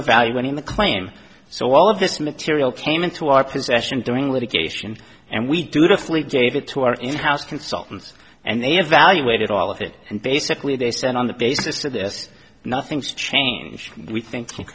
evaluating the claim so all of this material came into our possession during litigation and we do it a flea david to our in house consultants and they evaluated all of it and basically they said on the basis of this nothing's changed we think